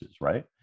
right